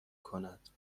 کند